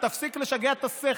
תפסיק לשגע את השכל.